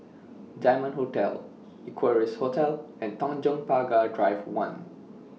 Diamond Hotel Equarius Hotel and Tanjong Pagar Drive one